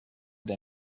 der